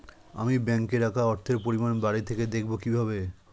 আমি ব্যাঙ্কে রাখা অর্থের পরিমাণ বাড়িতে থেকে দেখব কীভাবে?